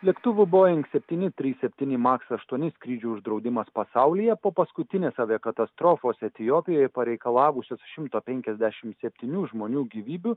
lėktuvų boing septyni trys septyni maks aštuoni skrydžių uždraudimas pasaulyje po paskutinės katastrofos etiopijoje pareikalavusios šimto penkiasdešim septynių žmonių gyvybių